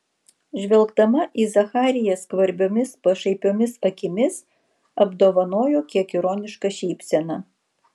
žvelgdama į zachariją skvarbiomis pašaipiomis akimis apdovanojo kiek ironiška šypsena